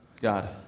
God